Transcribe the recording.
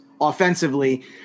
offensively